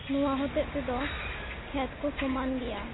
ᱱᱚᱶᱟ ᱦᱚᱛᱮᱫ ᱛᱮᱫᱚ ᱠᱷᱮᱛ ᱠᱚ ᱥᱚᱢᱟᱱ ᱜᱮᱭᱟ